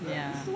ya